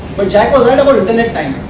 but jack was right about internet time